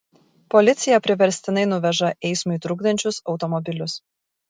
policija priverstinai nuveža eismui trukdančius automobilius